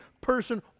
person